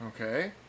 Okay